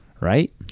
right